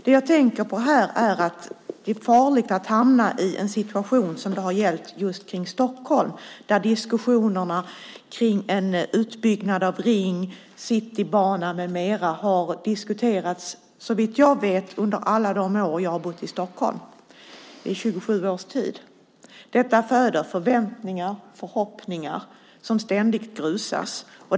Det jag här tänker på är att det är farligt att hamna i en situation som den kring Stockholm där diskussionerna om en ringutbyggnad, Citybanan med mera har diskuterats under, såvitt jag vet, alla de år jag bott i Stockholm - 27 år. Detta föder förväntningar och också förhoppningar som dock ständigt grusas.